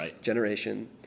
generation